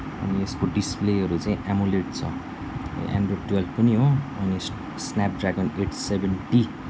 अनि यसको डिसप्लेहरू चाहिँ एमुलेट छ एन्ड्रोयड टुवेल्भ पनि हो अनि स्नेपड्रेगन एट सेभेन टी